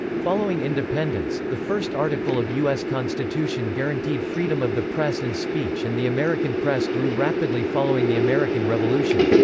following independence, the first article of u s. constitution guaranteed freedom of the press and speech and the american press grew rapidly following the american revolution.